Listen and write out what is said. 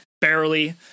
barely